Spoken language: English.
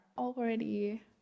Already